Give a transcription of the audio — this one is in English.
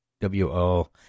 W-O